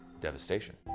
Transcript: devastation